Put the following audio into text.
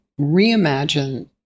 reimagine